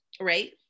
right